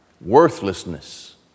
Worthlessness